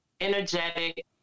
energetic